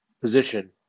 position